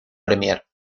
premier